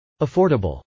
Affordable